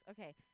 Okay